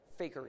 fakery